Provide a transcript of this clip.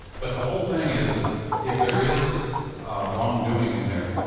but the whole thing is if there is wrong doing in there,